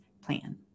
plan